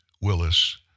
Willis